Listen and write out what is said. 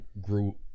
grew